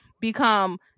become